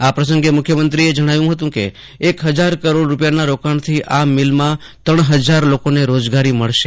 આ પ્રસંગે મુખ્યમંત્રીએ જજ્ઞાવ્યું હતું કે એક હજાર કરોડ રૂપિયાના રોકાવ્યથી આ મિલમાં ત્રણ હજાર લોકોને રોજગારી મળશે